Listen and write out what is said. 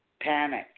panic